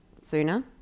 sooner